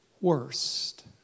worst